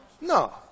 No